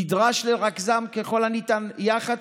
נדרש לרכזם ככל הניתן יחד,